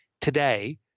Today